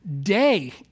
day